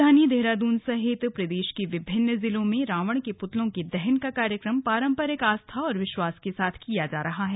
राजधानी देहरादून सहित प्रदेश के विभिन्न जिलों में रावण के पुतलों के दहन का कार्यक्रम पारम्परिक आस्था और विश्वास के साथ किया जा रहा है